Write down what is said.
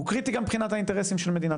הוא קריטי גם מבחינת האינטרסים של מדינת